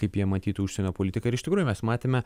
kaip jie matytų užsienio politiką ir iš tikrųjų mes matėme